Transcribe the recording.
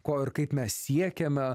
ko ir kaip mes siekiame